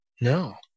No